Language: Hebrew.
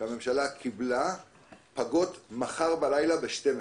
שהממשלה קיבלה יפוג מחר בחצות הלילה.